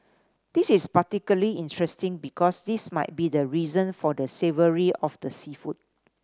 this is particularly interesting because this might be the reason for the savoury of the seafood